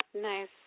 Nice